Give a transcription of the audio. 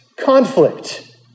conflict